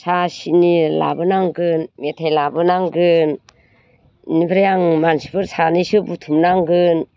साहा सिनि लाबोनांगोन मेथाइ लाबोनांगोन बेनिफ्राय आं मानसिफोर सानैसो बुथुमनांगोन